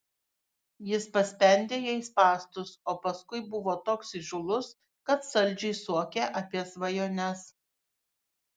jis paspendė jai spąstus o paskui buvo toks įžūlus kad saldžiai suokė apie svajones